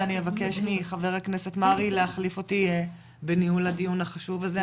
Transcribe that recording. ואני אבקש מח"כ מרעי להחליף אותי בניהול הדיון החשוב הזה,